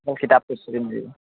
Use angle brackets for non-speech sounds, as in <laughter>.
মই কিতাপ <unintelligible>